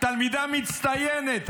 תלמידה מצטיינת.